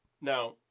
Now